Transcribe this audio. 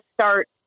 start